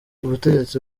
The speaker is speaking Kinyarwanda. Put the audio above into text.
ubutegetsi